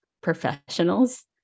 professionals